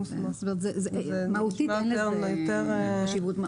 מהותית אין לזה חשיבות.